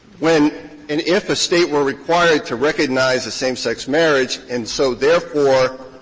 when and if a state were required to recognize a same-sex marriage and so therefore,